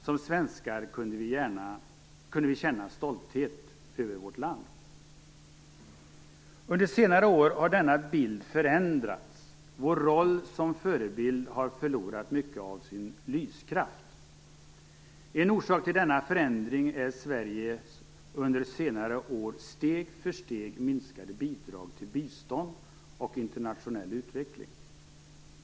Som svenskar kunde vi känna stolthet över vårt land. Under senare år har denna bild förändrats. Vår roll som förebild har förlorat mycket av sin lyskraft. En orsak till denna förändring är Sveriges under senare år steg för steg minskade bidrag till bistånd och internationell utveckling.